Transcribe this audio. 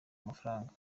amafaranga